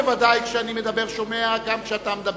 כשאני מדבר אתה בוודאי שומע גם כשאתה מדבר,